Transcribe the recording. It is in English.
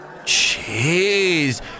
Jeez